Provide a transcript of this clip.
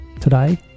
Today